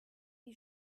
die